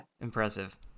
impressive